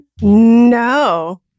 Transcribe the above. No